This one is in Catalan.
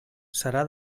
serà